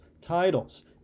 titles